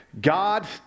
God